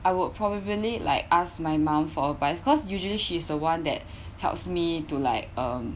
I would probably like ask my mom for advice because usually she's the one that helps me to like um